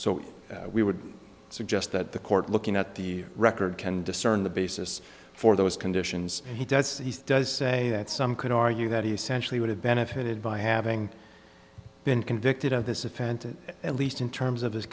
so we would suggest that the court looking at the record can discern the basis for those conditions and he does say he does say that some could argue that he essentially would have benefited by having been convicted of this offense at least in terms of his